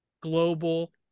global